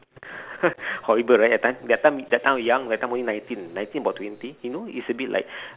horrible right at that time that time that time young that time only about nineteen nineteen about twenty you know is a bit like